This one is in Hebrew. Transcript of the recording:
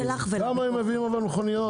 אבל כמה מכוניות הם מביאים?